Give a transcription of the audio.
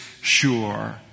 sure